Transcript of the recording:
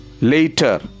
later